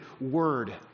word